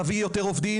להביא יותר עובדים,